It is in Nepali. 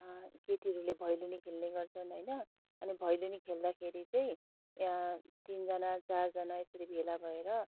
केटीहरूले भैलेनी खेल्ने गर्छन् होइन अनि भैलेनी खेल्दाखेरि चाहिँ तिनजना चारजना यसरी भेला भएर